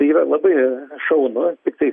tai yra labai šaunu tiktai